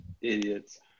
Idiots